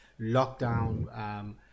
lockdown